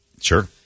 sure